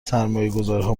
سرمایهگذارها